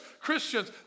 Christians